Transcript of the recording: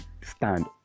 stand